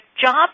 job